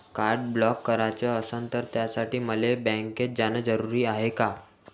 Card block कराच असनं त त्यासाठी मले बँकेत जानं जरुरी हाय का?